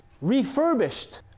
refurbished